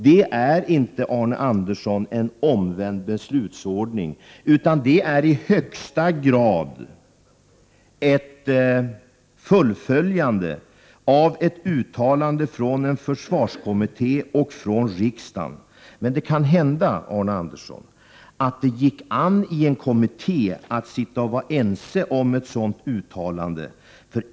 Det är inte, Arne Andersson, en omvänd beslutsordning, utan det är i högsta grad ett fullföljande av ett uttalande från försvarskommittén och från riksdagen. Det kan väl hända, Arne Andersson, att det gick an att vara ense i kommittén om ett sådant uttalande.